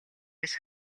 биш